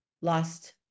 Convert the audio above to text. lost